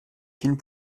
films